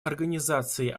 организации